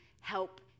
help